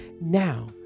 now